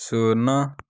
ଶୂନ